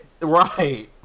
Right